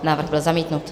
Návrh byl zamítnut.